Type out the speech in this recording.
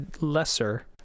lesser